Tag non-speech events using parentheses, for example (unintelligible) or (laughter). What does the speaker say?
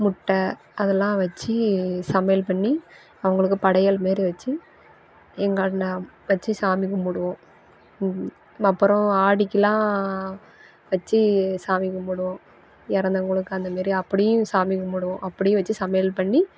முட்டை அதெல்லாம் வச்சி சமையல் பண்ணி அவங்களுக்கு படையல் மாரி வச்சு எங்கள் (unintelligible) வச்சு சாமி கும்பிடுவோம் இது அப்புறம் ஆடிக்கெலாம் வச்சு சாமி கும்பிடுவோம் இறந்தவங்களுக்கு அந்த மாரி அப்படியும் சாமி கும்பிடுவோம் அப்படியும் வச்சு சமையல் பண்ணி